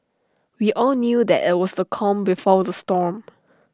we all knew that IT was the calm before the storm